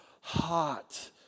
hot